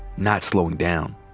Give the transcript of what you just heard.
not slowing down.